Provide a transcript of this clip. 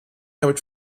damit